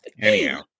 Anyhow